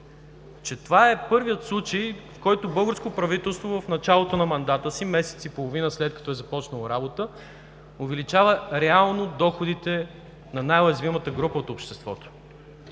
Това е първият случай, в който българско правителство в началото на мандата си – месец и половина след като е започнало работа, увеличава реално доходите на най-уязвимата група от обществото.